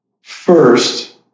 First